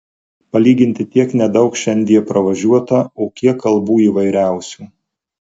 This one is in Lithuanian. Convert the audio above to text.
palyginti tiek nedaug šiandie pravažiuota o kiek kalbų įvairiausių